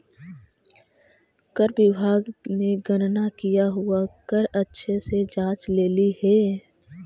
कर विभाग ने गणना किया हुआ कर अच्छे से जांच लेली हे